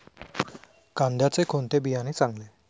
कांद्याचे कोणते बियाणे चांगले?